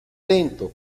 lento